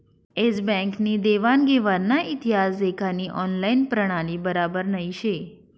S bank नी देवान घेवानना इतिहास देखानी ऑनलाईन प्रणाली बराबर नही शे